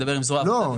לא,